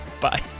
Bye